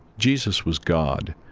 jesus was god,